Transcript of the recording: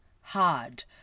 hard